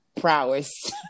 prowess